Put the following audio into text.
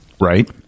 Right